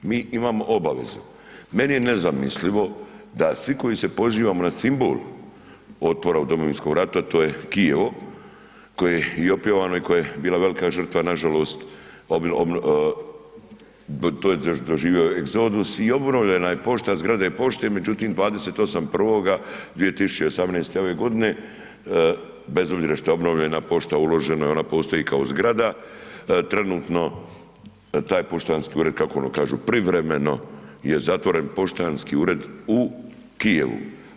Mi imamo obavezu, meni je nezamislivo da svi koji se pozivamo na simbol otpora u domovinskom ratu a to je Kijevo koje je i opjevano i koje je bila velika žrtva nažalost, to je doživio egzodus i obnovljena je pošta, zgrada pošte međutim 28.1. ... bez obzira što je obnovljena pošta uloženo je, ona postoji kao zgrada trenutno taj poštanski ured, kako ono kažu privremeno je zatvoren, poštanski ured u Kijevu.